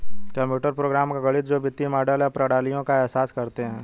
computer program का गणित जो वित्तीय मॉडल या प्रणालियों का एहसास करते हैं